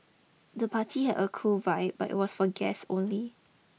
the party had a cool vibe but was for guests only